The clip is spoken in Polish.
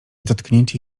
dotknięcie